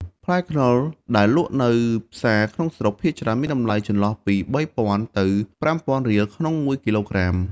ផ្លែខ្នុរដែលលក់នៅផ្សារក្នុងស្រុក ភាគច្រើនមានតម្លៃចន្លោះពី ៣០០០ ទៅ ៥០០០ រៀលក្នុងមួយគីឡូក្រាម។